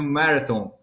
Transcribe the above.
marathon